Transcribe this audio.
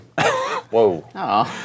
Whoa